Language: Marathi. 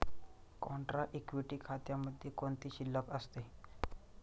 कॉन्ट्रा इक्विटी खात्यामध्ये कोणती शिल्लक असते?